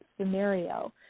scenario